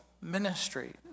ministry